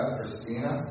Christina